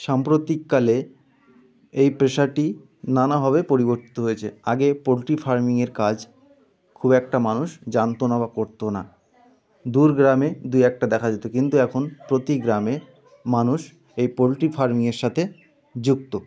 সাম্প্রতিককালে এই পেশাটি নানাভাবে পরিবর্তিত হয়েছে আগে পোলট্রি ফার্মিংয়ের কাজ খুব একটা মানুষ জানতো না বা করতো না দূর গ্রামে দু একটা দেখা যেত কিন্তু এখন প্রতি গ্রামে মানুষ এই পোলট্রি ফার্মিংয়ের সাথে যুক্ত